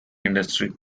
industry